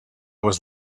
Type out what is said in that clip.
was